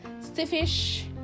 stiffish